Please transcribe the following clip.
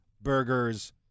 burgers